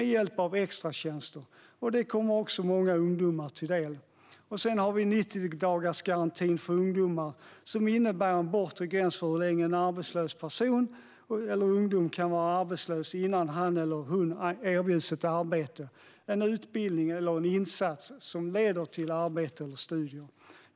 Det kommer också många ungdomar till del. Vi har också 90-dagarsgarantin för ungdomar. Det innebär en bortre gräns för hur länge en person kan vara arbetslös innan han eller hon erbjuds ett arbete, en utbildning eller en insats som leder till arbete eller studier.